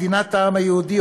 מדינת העם היהודי,